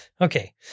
okay